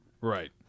Right